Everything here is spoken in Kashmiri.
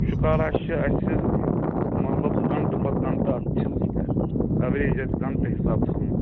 شُکارا چھِ اَسہِ مطلب گَنٛٹہٕ پَتہٕ گَنٹہٕ اَتھ چھِ اوریج اَسہِ گَنٛٹہٕ حِساب تھٲومٕژ